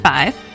Five